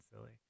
silly